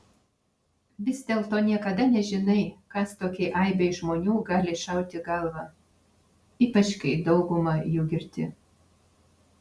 vis dėlto niekada nežinai kas tokiai aibei žmonių gali šauti į galvą ypač kai dauguma jų girti